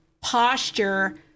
posture